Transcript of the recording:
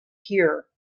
here